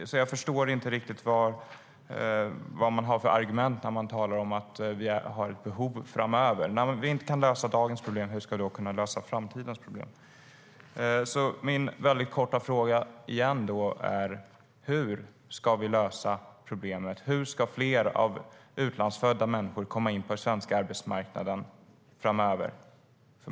Jag förstår inte riktigt vad man har för argument när man säger att vi har ett behov framöver. När vi inte kan lösa dagens problem, hur ska vi då kunna lösa framtidens? Jag upprepar min korta fråga: Hur ska vi lösa problemet? Hur ska fler utlandsfödda människor komma in på den svenska arbetsmarknaden framöver?